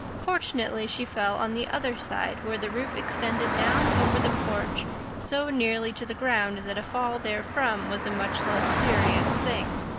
fortunately she fell on the other side, where the roof extended down over the porch so nearly to the ground that a fall therefrom was a much less serious thing.